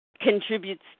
contributes